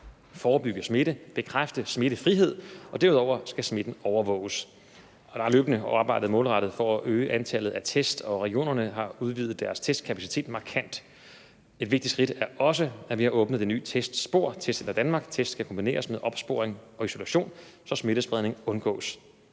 forebygge smitte, bekræfte smittefrihed, og derudover skal smitten overvåges. Der er løbende arbejdet målrettet for at øge antallet af test, og regionerne har udvidet deres testkapacitet markant. Et vigtigt skridt er også at åbne det nye testspor, Testcenter Danmark. Test skal kombineres med opsporing og isolation, så smittespredning undgås.